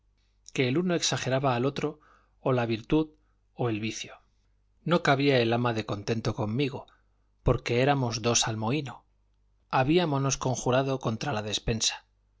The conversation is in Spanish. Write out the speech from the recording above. que el uno exageraba al otro o la virtud o el vicio no cabía el ama de contento conmigo porque éramos dos al mohíno habíamonos conjurado contra la despensa